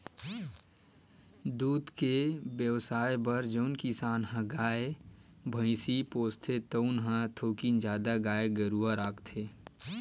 दूद के बेवसाय बर जउन किसान ह गाय, भइसी पोसथे तउन ह थोकिन जादा गाय गरूवा राखथे